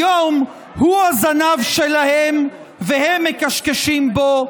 היום הוא הזנב שלהם והם מכשכשים בו.